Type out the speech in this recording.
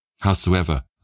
Howsoever